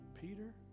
Peter